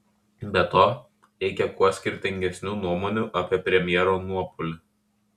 be to reikią kuo skirtingesnių nuomonių apie premjero nuopuolį